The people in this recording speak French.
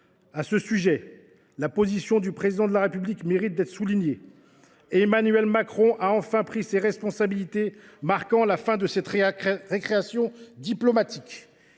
À ce sujet, la position du Président de la République mérite d’être soulignée. Emmanuel Macron a, enfin, pris ses responsabilités, marquant la fin de la récréation diplomatique.